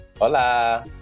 Hola